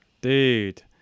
dude